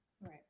right